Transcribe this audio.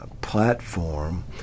platform